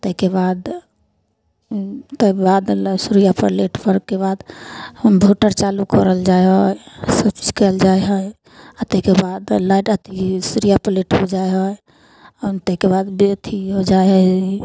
आ ताहिके बाद ताहिके बाद सूर्य प्लेट परके बाद इन्भर्टर चालू करल जाइ है सबचीज कएल जाइ है आ ताहिके बाद लाइट अथी सूर्य प्लेट पर जाइ है आ ताहिके बाद अथी होइ जाइ है